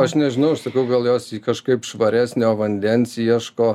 aš nežinau aš sakau gal jos kažkaip švaresnio vandens ieško